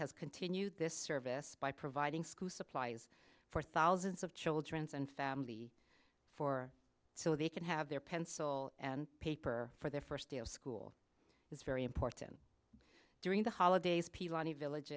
has continued this service by providing school supplies for thousands of children and family for so they can have their pencil and paper for their first day of school is very important during the holidays pil